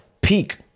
peak